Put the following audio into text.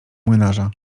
młynarza